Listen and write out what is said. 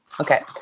okay